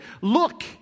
Look